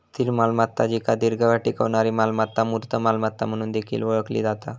स्थिर मालमत्ता जिका दीर्घकाळ टिकणारी मालमत्ता, मूर्त मालमत्ता म्हणून देखील ओळखला जाता